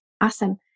Awesome